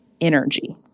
energy